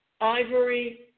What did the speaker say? ivory